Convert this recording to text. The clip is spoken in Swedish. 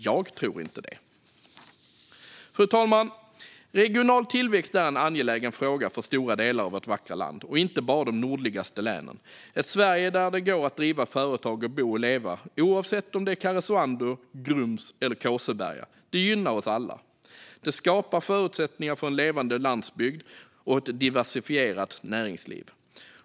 Det tror inte jag. Fru talman! Regional tillväxt är en angelägen fråga för stora delar av vårt vackra land, inte bara de nordligaste länen. Det är ett Sverige där det går att driva företag, bo och leva oavsett om det är i Karesuando, Grums eller Kåseberga. Det gynnar oss alla. Det skapar förutsättningar för en levande landsbygd och ett diversifierat näringsliv.